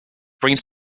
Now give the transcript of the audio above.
brings